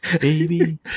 Baby